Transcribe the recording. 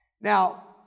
Now